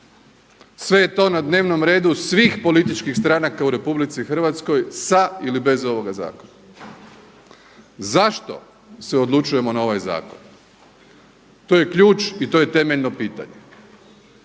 Sve je to na dnevnom redu svih političkih stanaka u RH sa ili bez ovoga zakona. Zašto se odlučujemo na ovaj zakon? To je ključ i to je temeljno pitanje?